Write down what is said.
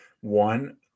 One